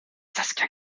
saskia